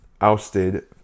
ousted